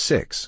Six